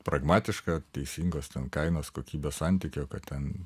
pragmatiška teisingos ten kainos kokybės santykio kad ten